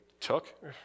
took